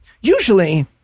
usually